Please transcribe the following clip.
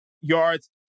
yards